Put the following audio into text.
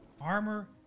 armor